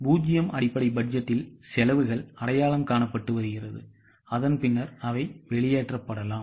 பூஜ்யம் அடிப்படை பட்ஜெட் இல் செலவுகள் அடையாளம் காணப்பட்டு வருகிறது பின்னர் வெளியேற்றப்படலாம்